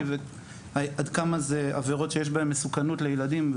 ועד כמה זה עבירות שיש בהן מסוכנות לילדים.